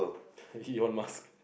Elon-Musk